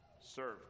serve